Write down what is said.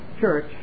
church